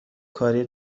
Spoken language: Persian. کاری